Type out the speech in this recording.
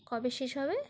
কবে শেষ হবে